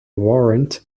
warrant